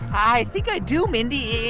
i think i do, mindy.